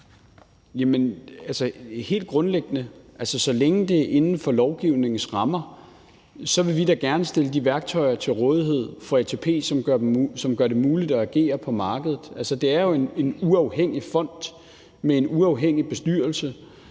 Helt grundlæggende vil vi da, så længe det er inden for lovgivningens rammer, gerne stille de værktøjer til rådighed for ATP, som gør det muligt at agere på markedet. Altså, det er jo en uafhængig fond med en uafhængig bestyrelse,